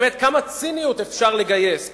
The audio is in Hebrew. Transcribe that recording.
באמת כמה ציניות אפשר לגייס?